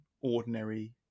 ordinary